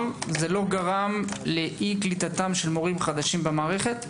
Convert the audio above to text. זה לא גרם לאי קליטתם של מורים חדשים במערכת?